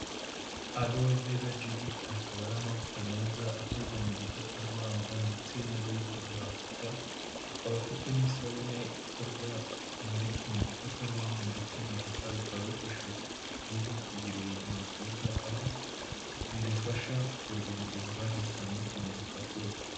Arowe vera jeri, aya akaba ari amavuta meza akorwa mugikakarubamba ndetse n'urubuto rwa voka, akaba afite n'isabune ikorwa mugikakarubamba ndetse na voka bikaba bifasha uruhu kugira ubuzima bwiza, aho birufasha kururinda indwara zitandukanye zifata uruhu.